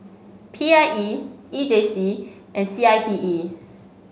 P I E E J C and C I T E